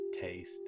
taste